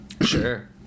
sure